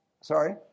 Sorry